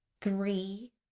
three